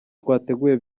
twateguye